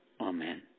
Amen